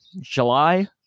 July